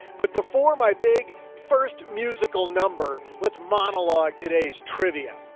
but before my big first musical number let's monologue today's trivia.